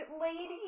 lady